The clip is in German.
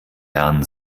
herrn